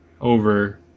over